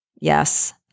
Yes